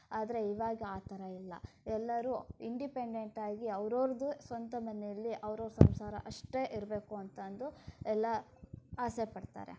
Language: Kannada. ಆದರೆ ಇವಾಗ ಆ ಥರ ಇಲ್ಲ ಎಲ್ಲರೂ ಇಂಡಿಪೆಂಡೆಂಟ್ ಆಗಿ ಅವ್ರವರದೇ ಸ್ವಂತ ಮನೆಯಲ್ಲಿ ಅವ್ರವರ ಸಂಸಾರ ಅಷ್ಟೇ ಇರಬೇಕು ಅಂತ ಅಂದು ಎಲ್ಲ ಆಸೆಪಡ್ತಾರೆ